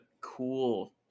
cool